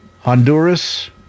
Honduras